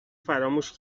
فراموش